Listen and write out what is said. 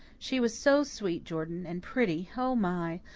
she was so sweet, jordan. and pretty, oh my!